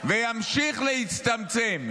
וימשיך להצטמצם.